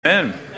Amen